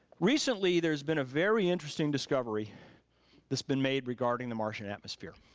recently there's been a very interesting discovery that's been made regarding the martian atmosphere.